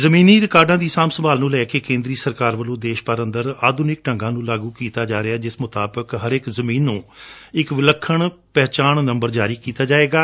ਜ਼ਮੀਨੀ ਰਿਕਾਰਡਾਂ ਦੀ ਸਾਂਭ ਸੰਭਾਲ ਨੂੰ ਲੈ ਕੇ ਕੇਂਦਰੀ ਸਰਕਾਰ ਵੱਲੋਂ ਦੇਸ਼ ਭਰ ਅੰਦਰ ਆਧੁਨਿਕ ਢੰਗਾਂ ਨੂੰ ਲਾਗੁ ਕੀਤਾ ਜਾ ਰਿਹੈ ਜਿਸ ਮੁਤਾਬਕ ਹਰੇਕ ਜ਼ਮੀਨ ਨੂੰ ਇਕ ਪਹਿਚਾਣ ਨੰਬਰ ਜਾਰੀ ਕੀਤਾ ਜਾਵੇਗਾ